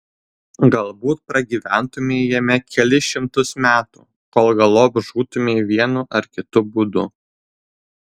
galbūt pragyventumei jame kelis šimtus metų kol galop žūtumei vienu ar kitu būdu